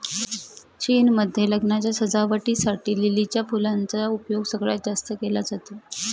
चीन मध्ये लग्नाच्या सजावटी साठी लिलीच्या फुलांचा उपयोग सगळ्यात जास्त केला जातो